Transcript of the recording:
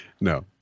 No